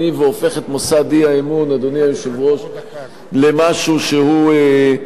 והופך את מוסד אי-האמון למשהו שהוא בלשון